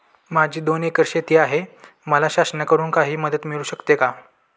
माझी दोन एकर शेती आहे, मला शासनाकडून काही मदत मिळू शकते का?